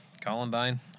Columbine